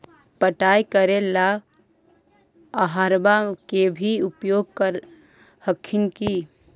पटाय करे ला अहर्बा के भी उपयोग कर हखिन की?